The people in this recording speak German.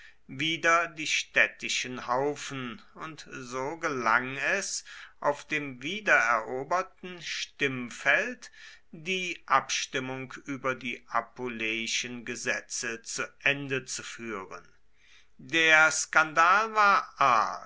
wieder die städtischen haufen und so gelang es auf dem wiedereroberten stimmfeld die abstimmung über die appuleischen gesetze zu ende zu führen der skandal war